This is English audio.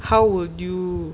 how would you